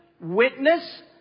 witness